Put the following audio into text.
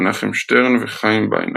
מנחם שטרן וחיים ביינארט.